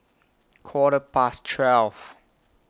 Quarter Past twelve